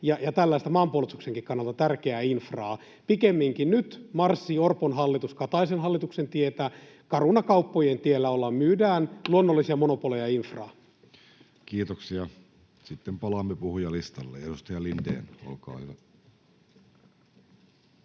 ja tällaista maanpuolustuksenkin kannalta tärkeää infraa. Pikemminkin nyt marssii Orpon hallitus Kataisen hallituksen tietä. Caruna-kauppojen tiellä ollaan: myydään luonnollisia monopoleja ja infraa. Kiitoksia. — Sitten palaamme puhujalistalle. — Edustaja Lindén, olkaa hyvä.